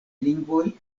lingvoj